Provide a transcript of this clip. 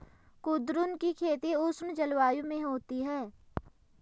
कुद्रुन की खेती उष्ण जलवायु में होती है